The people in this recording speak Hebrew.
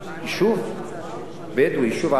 יישוב בדואי, יישוב ערבי,